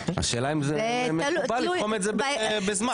השאלה אם זה מקובל לתחום את זה בזמן,